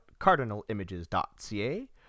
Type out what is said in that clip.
cardinalimages.ca